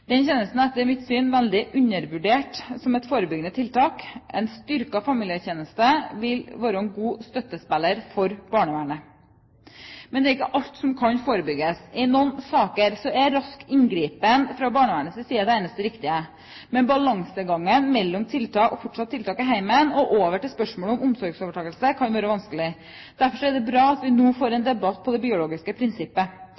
Den tjenesten er etter mitt syn veldig undervurdert som et forebyggende tiltak. En styrket familieverntjeneste vil være en god støttespiller for barnevernet. Men det er ikke alt som kan forebygges. I noen saker er rask inngripen fra barnevernets side det eneste riktige, men balansegangen mellom fortsatt tiltak i hjemmet og over til spørsmålet om omsorgsovertakelse kan være vanskelig. Derfor er det bra at vi nå får